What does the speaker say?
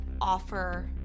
offer